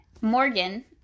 Morgan